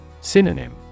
Synonym